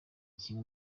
kimwe